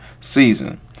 season